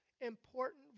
important